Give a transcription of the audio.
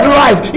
life